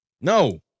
No